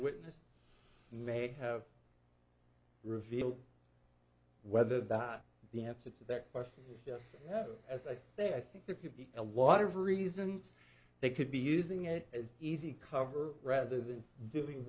witness may have revealed whether that the answer to that question yes as i say i think the p p a lot of reasons they could be using it as easy cover rather than doing